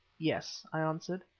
yes, i answered.